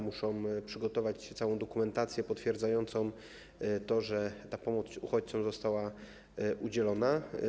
Muszą przygotować całą dokumentację potwierdzającą to, że ta pomoc uchodźcom została udzielona.